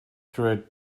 through